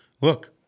Look